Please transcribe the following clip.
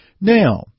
Now